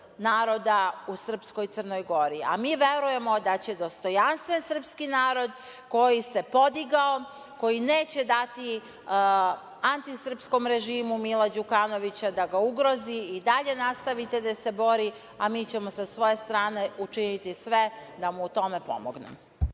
narodna u srpskoj Crnoj Gori. A mi verujemo da će dostojanstven srpski narod koji se podigao, koji neće dati antisrpskom režimu Mila Đukanovića da ga ugrozi i dalje nastaviti da se bori, a mi ćemo sa svoje strane učiniti sve da mu u tome pomognemo.